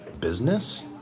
Business